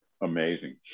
amazing